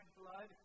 blood